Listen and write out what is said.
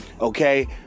Okay